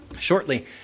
Shortly